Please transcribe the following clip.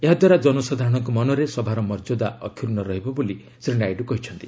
ଏହାଦ୍ୱାରା ଜନସାଧାରଣଙ୍କ ମନରେ ସଭାର ମର୍ଯ୍ୟଦା ଅକ୍ଷୁର୍ଣ୍ଣ ରହିବ ବୋଲି ଶ୍ୱୀ ନାଇଡ଼ କହିଛନ୍ତି